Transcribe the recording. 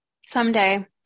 someday